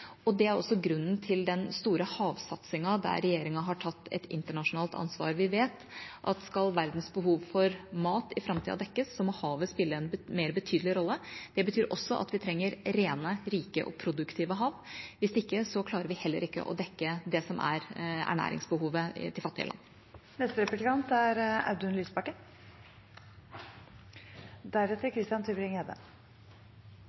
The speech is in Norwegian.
og for så vidt også arbeid. Det er også grunnen til den store havsatsingen, der regjeringa har tatt et internasjonalt ansvar. Vi vet at skal verdens behov for mat i framtida dekkes, må havet spille en mer betydelig rolle. Det betyr også at vi trenger rene, rike og produktive hav. Hvis ikke, klarer vi heller ikke å dekke det som er ernæringsbehovet til fattige land.